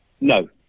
No